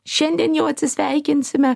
šiandien jau atsisveikinsime